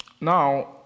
Now